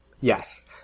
Yes